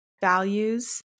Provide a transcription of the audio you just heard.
values